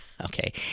Okay